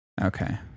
Okay